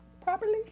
properly